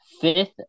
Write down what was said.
fifth